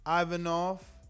Ivanov